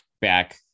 back